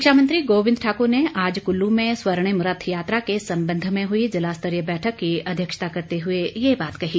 शिक्षा मंत्री गोविंद ठाकुर ने आज कुल्लू में स्वर्णिम रथ यात्रा के संबंध में हुई ज़िलास्तरीय बैठक की अध्यक्षता करते हुए ये बात कही